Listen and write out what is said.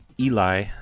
Eli